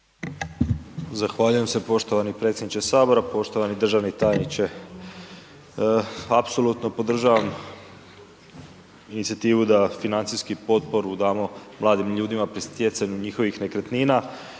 Zahvaljujem se poštovani predsjedniče HS. Poštovani državni tajniče, apsolutno podržavam inicijativu da financijski potporu damo mladim ljudima pri stjecanju njihovih nekretnina,